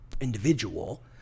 individual